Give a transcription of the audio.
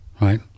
right